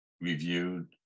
reviewed